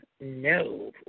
no